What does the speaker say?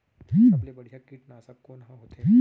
सबले बढ़िया कीटनाशक कोन ह होथे?